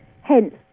hence